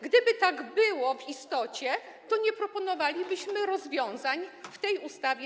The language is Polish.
Gdyby tak było w istocie, to nie proponowalibyśmy rozwiązań zawartych w tej ustawie.